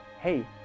hey